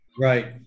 Right